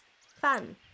fun